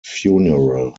funeral